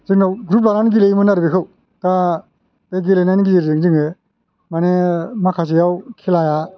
जोंनाव ग्रुप लानानै गेलेयोमोन आरो बेखौ दा बे गेलेनायनि गेजेरजों जोङो मानि माखासेआव खेलाया